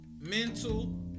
Mental